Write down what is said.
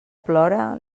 plora